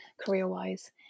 career-wise